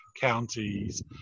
counties